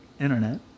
internet